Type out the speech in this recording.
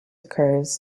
occurs